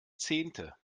zehnte